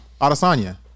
Adesanya